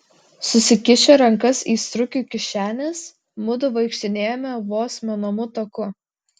susikišę rankas į striukių kišenes mudu vaikštinėjome vos menamu taku